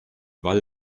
wall